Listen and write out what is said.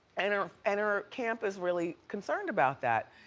and ah and her camp is really concerned about that.